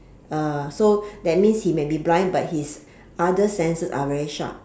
uh so that means he may be blind but his other senses are very sharp